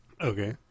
Okay